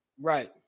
Right